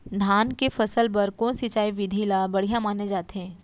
धान के फसल बर कोन सिंचाई विधि ला बढ़िया माने जाथे?